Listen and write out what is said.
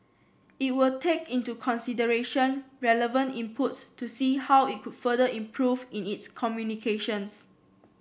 it will take into consideration relevant inputs to see how it could further improve in its communications